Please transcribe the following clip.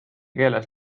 keeles